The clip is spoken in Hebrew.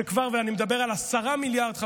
ואני מדבר על 10 מיליארד,